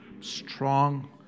strong